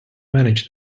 manage